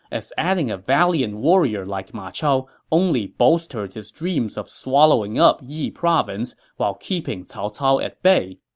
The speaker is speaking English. as adding a valiant warrior like ma chao only bolstered his dreams of swallowing up yi province while keeping cao cao at bay.